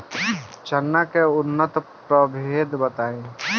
चना के उन्नत प्रभेद बताई?